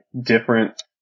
different